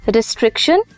Restriction